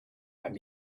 might